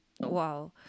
wow